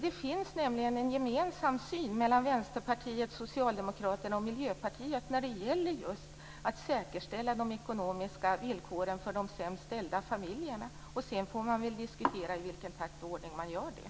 Det finns nämligen en gemensam syn mellan Vänsterpartiet, Socialdemokraterna och Miljöpartiet när det gäller just att säkerställa de ekonomiska villkoren för de sämst ställda familjerna. Sedan får man väl diskutera i vilken takt och ordning man gör det.